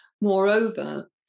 Moreover